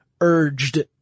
urged